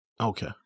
Okay